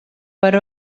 per